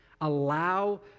Allow